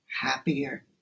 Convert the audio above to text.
happier